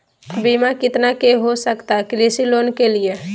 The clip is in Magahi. बीमा कितना के हो सकता है कृषि लोन के लिए?